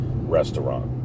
restaurant